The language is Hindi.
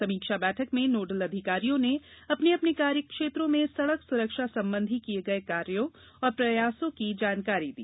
समीक्षा बैठक में नोडल अधिकारियों ने अपने अपने कार्य क्षेत्रों में सड़क सुरक्षा संबंधी किये गये कार्यों एवं प्रयासों की जानकारी दी